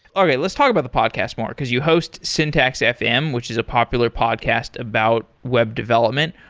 okay. let's talk about the podcast more, because you host syntax fm, which is a popular podcast about web development.